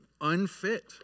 unfit